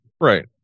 Right